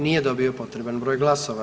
Nije dobio potreban broj glasova.